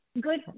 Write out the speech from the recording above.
Good